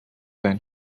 than